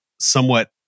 somewhat